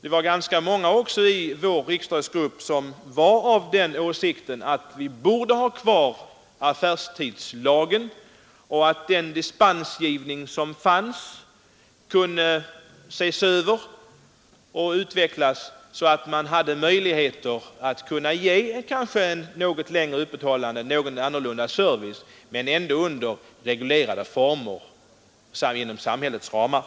Det var ganska många i vår riksdagsgrupp som var av den åsikten att affärstidslagen borde finnas kvar och att dispensgivningen kunde ses över och utvecklas, så att man fick möjligheter att ha ett något längre öppethållande och ge en något annorlunda service men ändå under reglerade former. Fru talman!